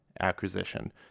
acquisition